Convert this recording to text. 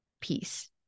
peace